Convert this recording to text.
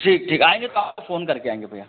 ठीक ठीक आएंगे तो आपको फ़ोन करके आएंगे भैया